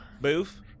Boof